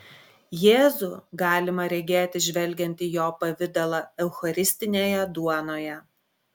jėzų galima regėti žvelgiant į jo pavidalą eucharistinėje duonoje